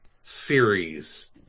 series